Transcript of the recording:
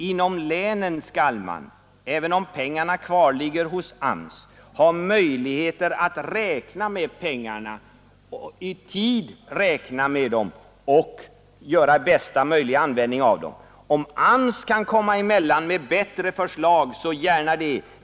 Inom länen skall man, även om pengarna kvarligger hos AMS, ha möjligheter att i tid räkna med pengarna och använda dem på bästa möjliga sätt. Om AMS kan komma emellan med bättre förslag, så gärna det.